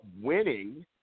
winning